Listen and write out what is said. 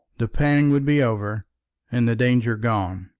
the pang would be over and the danger gone.